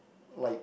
like